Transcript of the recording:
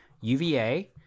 UVA